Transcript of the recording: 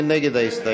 מי נגד ההסתייגות?